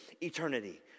eternity